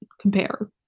compare